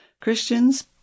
Christians